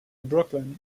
brooklyn